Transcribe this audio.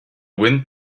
wind